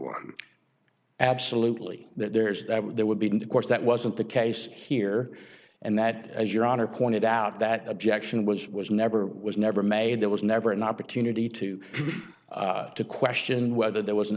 one absolutely that there is that there would be in the course that wasn't the case here and that as your honor pointed out that objection was was never was never made there was never an opportunity to to question whether there was an